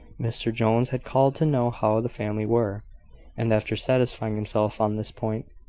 mr jones had called to know how the family were and, after satisfying himself on this point,